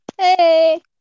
Hey